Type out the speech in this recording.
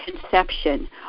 conception